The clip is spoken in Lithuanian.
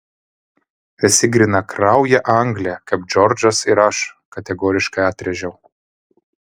esi grynakraujė anglė kaip džordžas ir aš kategoriškai atrėžiau